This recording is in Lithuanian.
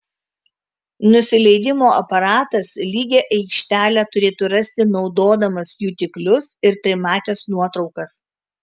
nusileidimo aparatas lygią aikštelę turėtų rasti naudodamas jutiklius ir trimates nuotraukas